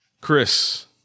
Chris